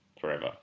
forever